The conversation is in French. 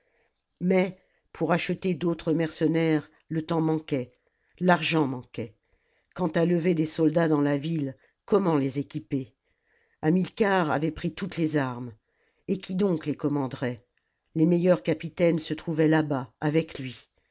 mais pour acheter d'autres mercenaires le temps manquait l'argent manquait quant à lever des soldats dans la ville comment les équiper hamilcar avait pris toutes les armes et qui donc les commanderait les meilleurs capitaines se trouvaient là-bas avec lui